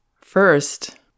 first